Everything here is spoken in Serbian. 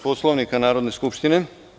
Poslovnika Narodne skupštine.